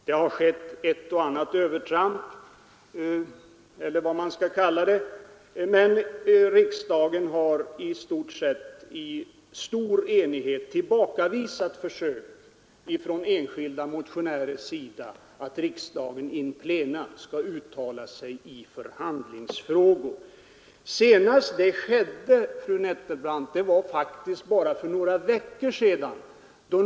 Det har skett ett och annat övertramp — eller vad man skall kalla det — men riksdagen har i stort sett i stor enighet tillbakavisat försök från enskilda motionärers sida att få riksdagen in pleno att uttala sig i förhandlingsfrågor. Senast skedde det faktiskt för bara några veckor sedan.